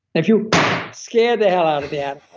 if you scare the hell out of yeah